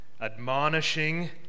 admonishing